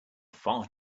far